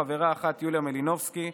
חברה אחת: יוליה מלינובסקי,